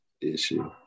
issue